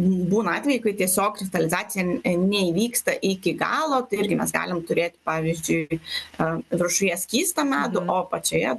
būna atvejai kai tiesiog kristalizacija neįvyksta iki galo tai irgi mes galim turėti pavyzdžiui am rūšies skystą medų o apačioje